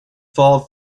fall